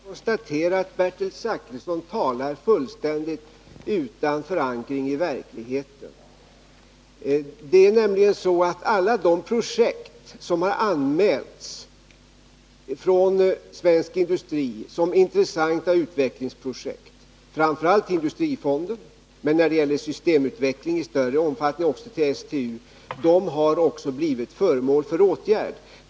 Fru talman! Jag nödgas konstatera att Bertil Zachrisson talar fullständigt utan förankring i verkligheten. Alla de projekt som har anmälts från svensk industri såsom intressanta utvecklingsprojekt, framför allt till industrifonden men när det gäller systemutveckling av större omfattning även till STU, har också blivit föremål för åtgärder.